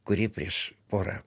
kurį prieš porą